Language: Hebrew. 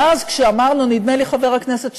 ואז כשאמר לו חבר הכנסת שטרן,